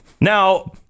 Now